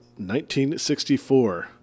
1964